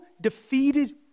defeated